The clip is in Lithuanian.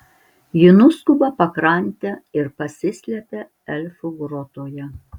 ji nuskuba pakrante ir pasislepia elfų grotoje